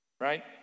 Right